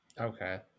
Okay